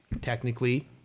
technically